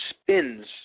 spins